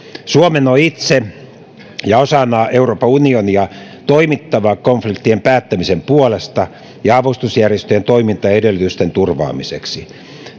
suomen on itse ja osana euroopan unionia toimittava konfliktien päättämisen puolesta ja avustusjärjestöjen toimintaedellytysten turvaamiseksi